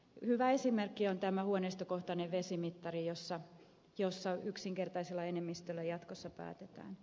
hyvä esimerkki on tämä huoneistokohtainen vesimittari josta yksinkertaisella enemmistöllä jatkossa päätetään